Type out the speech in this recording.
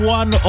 one